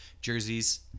jerseys